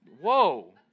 Whoa